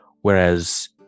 Whereas